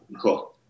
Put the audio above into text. cool